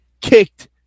kicked